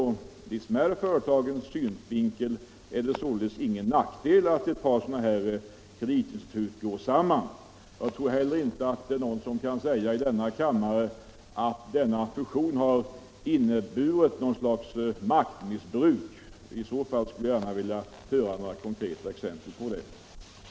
Ur de smärre företagens synvinkel är det således ingen nackdel att ett par kreditinstitut går samman. Jag tror heller inte att det är någon i denna kammare som kan säga att denna fusion har inneburit något slags maktmissbruk. I så fall skulle jag gärna vilja höra några konkreta exempel på det. Näringspolitiken Näringspolitiken